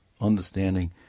understanding